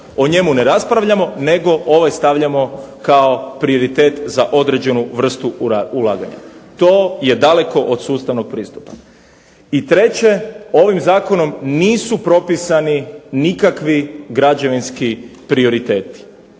o njemu ne raspravljamo nego ovaj stavljamo kao prioritet za određenu vrstu ulaganja. To je daleko od sustavnog pristupa. I treće ovim Zakonom nisu propisani nikakvi građevinski prioriteti.